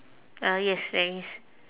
uh yes there is